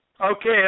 Okay